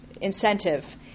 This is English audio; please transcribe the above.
incentive